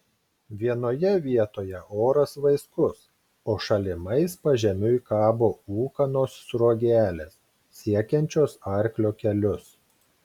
vienoje vietoje oras vaiskus o šalimais pažemiui kabo ūkanos sruogelės siekiančios arklio kelius